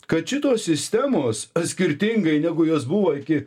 kad šitos sistemos skirtingai negu jos buvo iki